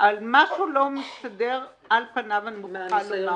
אבל משהו לא מסתדר על פניו, אני מוכרחה מאוד לומר.